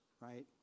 right